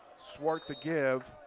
swart to give